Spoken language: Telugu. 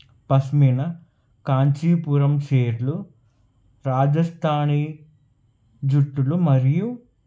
పఫ్మీనా కాంచీపురం చీరలు రాజస్థానీ జుట్టులు మరియు